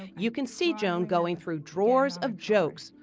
you can see joan going through drawers of jokes.